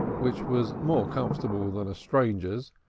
which was more comfortable than a stranger's,